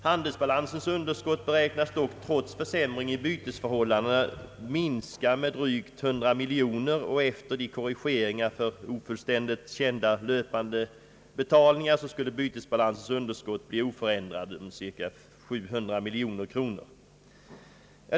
Handelsbalansens underskott beräknas dock trots försämringen i bytesförhållandena minska med drygt 100 miljoner kronor, och efter korrigeringar för ofullständigt kända löpande betalningar skulle bytesbalansens underskott bli oförändrat med cirka 700 miljoner kronor.